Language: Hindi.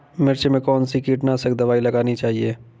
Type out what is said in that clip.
मिर्च में कौन सी कीटनाशक दबाई लगानी चाहिए?